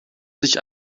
sich